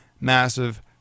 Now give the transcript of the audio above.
massive